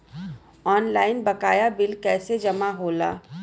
Online बकाया bill कैसे जमा होला?